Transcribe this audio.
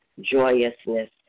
joyousness